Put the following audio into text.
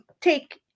take